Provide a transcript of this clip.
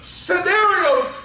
scenarios